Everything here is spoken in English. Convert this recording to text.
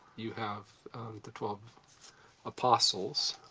you have the twelve apostles.